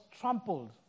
trampled